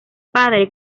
padre